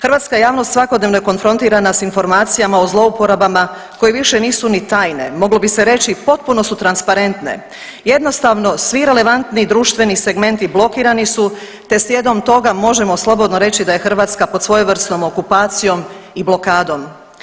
Hrvatska javnost svakodnevno je konfrontirana sa informacijama o zlouporabama koje više nisu ni tajne, moglo bi se reći potpuno su transparentne, jednostavno svi relevantni društveni segmenti blokirani su te slijedom toga možemo slobodno reći da je Hrvatska pod svojevrsnom okupacijom i blokadom.